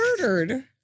murdered